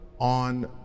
on